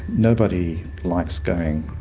nobody likes going